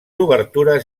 obertures